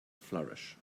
flourish